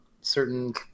certain